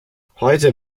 heute